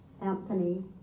anthony